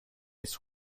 its